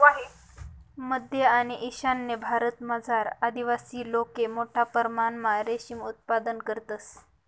मध्य आणि ईशान्य भारतमझार आदिवासी लोके मोठा परमणमा रेशीम उत्पादन करतंस